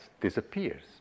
disappears